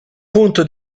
punto